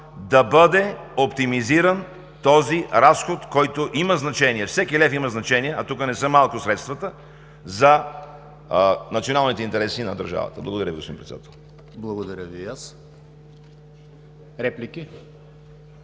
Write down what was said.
да бъде оптимизиран този разход, който има значение. Всеки лев има значение, а тук не са малко средствата, за националните интереси на държавата. Благодаря Ви, господин Председател. ПРЕДСЕДАТЕЛ ЕМИЛ ХРИСТОВ: